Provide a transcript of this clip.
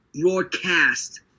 broadcast